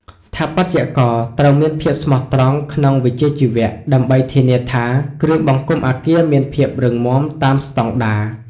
ស្ថាបត្យករត្រូវមានភាពស្មោះត្រង់ក្នុងវិជ្ជាជីវៈ ដើម្បីធានាថាគ្រឿងបង្គុំអគារមានភាពរឹងមាំតាមស្តង់ដារ។